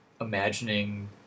imagining